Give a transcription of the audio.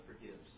forgives